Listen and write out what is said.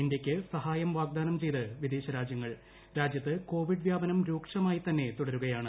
ഇന്ത്യയ്ക്ക് സഹായം വാഗ്ദാനം ചെയ്ത് വിദേശ രാജ്യങ്ങൾ രാജ്യത്ത് കോവിഡ് വ്യാപനം രൂക്ഷമായി തന്നെ തുടരുകയാണ്